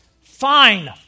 Fine